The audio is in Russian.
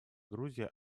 грузия